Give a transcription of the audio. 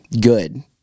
good